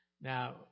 Now